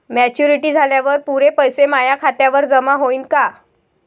Maturity झाल्यावर पुरे पैसे माया खात्यावर जमा होईन का?